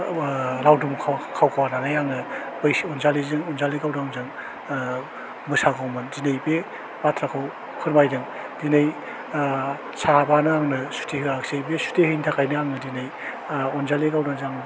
ओह लावदुम खाव खावखुमानानै आङो बैसो अनजालिजों अनजालि गावदांजों ओह मोसागौमोन दिनै बे बाथ्राखौ फोरमायदों दिनै ओह साहाबानो आंनो सुटि होआसै बे सुटि होयैनि थाखायनो आङो दिनै ओह अनजालि गावदांजों आं